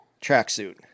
tracksuit